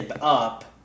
up